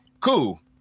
Cool